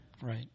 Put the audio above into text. Right